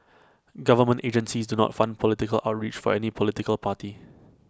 government agencies do not fund political outreach for any political party